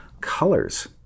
Colors